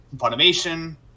automation